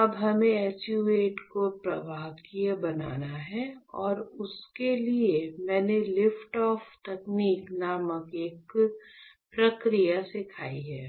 अब हमें SU 8 को प्रवाहकीय बनाना है और उसके लिए मैंने लिफ्ट ऑफ तकनीक नामक एक प्रक्रिया सिखाई है